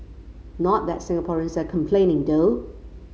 not that Singaporeans are complaining though